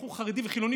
בחור חרדי וחילוני,